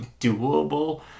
doable